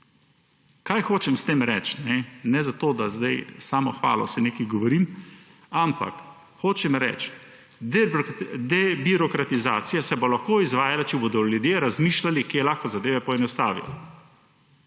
Kaj hočem s tem reči? Ne zato, da zdaj samohvalo si nekaj govorim, ampak hočem reči, debirokratizacija se bo lahko izvajala, če bodo ljudje razmišljali, kje lahko zadeve poenostavijo.